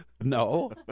No